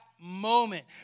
moment